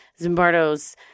Zimbardo's